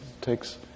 takes